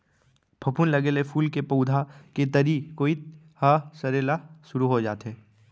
फफूंद लगे ले फूल के पउधा के तरी कोइत ह सरे ल सुरू हो जाथे